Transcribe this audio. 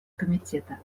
комитета